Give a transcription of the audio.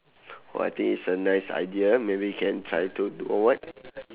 what is a nice idea maybe you can try to do or what